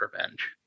revenge